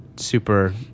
Super